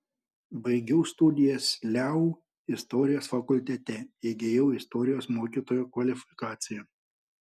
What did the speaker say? baigiau studijas leu istorijos fakultete įgijau istorijos mokytojo kvalifikaciją